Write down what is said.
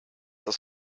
das